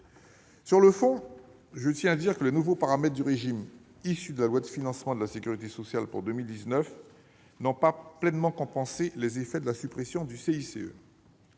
Sur le fond, je tiens à dire que les nouveaux paramètres du régime issu de la loi de financement de la sécurité sociale pour 2019 n'ont pas permis de pleinement compenser les effets de la suppression du CICE.